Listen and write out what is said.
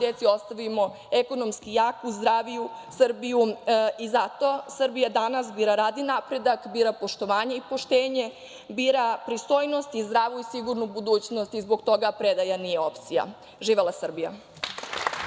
deci ostavimo ekonomski jaku, zdraviju Srbiju i zato Srbija danas bira rad i napredak, bira poštovanje i poštenje, bira pristojnost i zdravu i sigurnu budućnost i zbog toga predaja nije opcija. Živela Srbija.